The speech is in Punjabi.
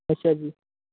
ਅੱਛਾ ਜੀ